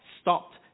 stopped